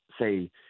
say